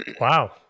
wow